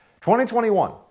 2021